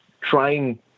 trying